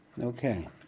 Okay